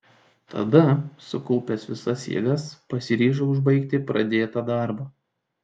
tada sukaupęs visas jėgas pasiryžau užbaigti pradėtą darbą